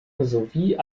sowie